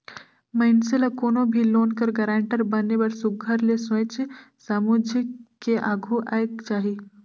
मइनसे ल कोनो भी लोन कर गारंटर बने बर सुग्घर ले सोंएच समुझ के आघु आएक चाही